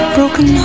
Broken